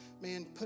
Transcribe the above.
Man